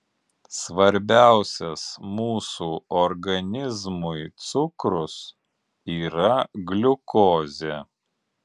svarbiausias mūsų organizmui cukrus yra gliukozė